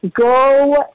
go